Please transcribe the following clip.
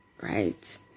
right